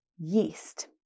yeast